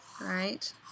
right